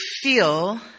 feel